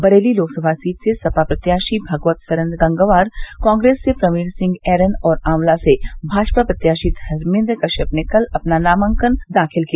Bareilly Lok Sabha seat से सपा प्रत्याशी भगवत सरन गंगवार कांग्रेस से प्रवीण सिंह ऐरन और आंवला से भाजपा प्रत्याशी धर्मेन्द्र कश्यप ने कल अपना नामांकन दाखिल किया